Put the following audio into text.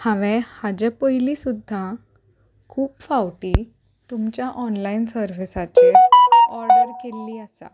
हांवें हाजे पयलीं सुद्दां खूब फावटी तुमच्या ऑनलायन सर्विसाचेर ऑर्डर केल्ली आसा